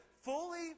fully